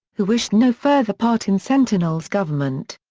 who wished no further part in sentinel's government.